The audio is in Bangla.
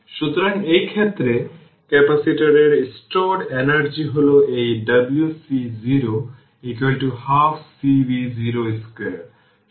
সুতরাং এই ক্ষেত্রে যদি আপনি এই 2টি টার্মিনাল জুড়ে r খুঁজে বের করার চেষ্টা করেন তাহলে এই 5 Ω এবং 15 Ω তাই 20 Ω হলেও থেভেনিন রেজিস্ট্যান্স কী হবে